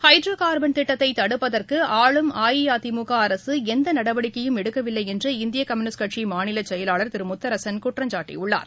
hydro carbon திட்டத்தை தடுப்பதற்கு ஆளும் அஇஅதிமுக அரசு எந்த நடவடிக்கையும் எடுக்கவில்லை என்று இந்திய கம்யுனிஸ்ட் கட்சியின் மாநில செயலாளர் திரு முத்தரசன் குற்றம்சாட்டியுள்ளார்